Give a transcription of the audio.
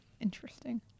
interesting